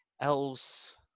elves